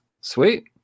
Sweet